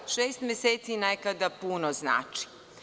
Šest meseci nekada puno znači.